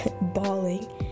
bawling